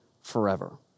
forever